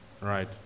right